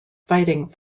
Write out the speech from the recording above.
fighting